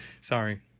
sorry